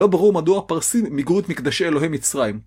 לא ברור מדוע הפרסים מיגרו את מקדשי אלוהי מצרים